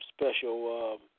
special